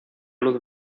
luz